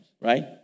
right